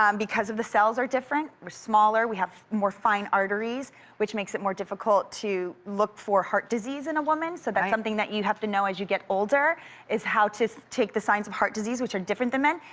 um because of the cells are different. we're smaller, we have more fine arteries which makes it more difficult to look for heart disease in a woman so that's something you would have to know as you get older is how to take the signs of heart disease which are different than men.